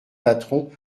patron